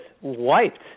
wiped